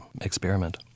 experiment